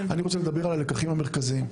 אני רוצה לדבר על הלקחים המרכזיים.